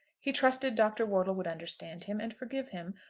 he trusted dr. wortle would understand him and forgive him,